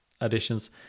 additions